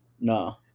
no